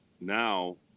now